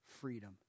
freedom